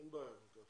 אין בעיה כל כך.